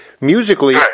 musically